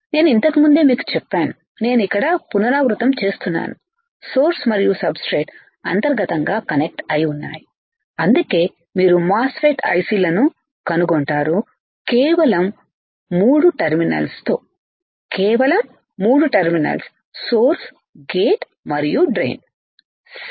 నేను ఇంతకు ముందే మీకు చెప్పాను నేను ఇక్కడ పునరావృతం చేస్తున్నాను సోర్స్ మరియు సబ్ స్ట్రేట్ అంతర్గతంగా కనెక్ట్ అయి ఉన్నాయి అందుకే మీరు మాస్ ఫెట్ IC లను కనుగొంటారు కేవలం 3 టెర్మినల్స్ తో కేవలం 3 టెర్మినల్స్ సోర్స్ గేట్ మరియు డ్రెయిన్ సరే